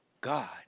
God